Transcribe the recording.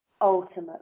ultimately